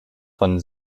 von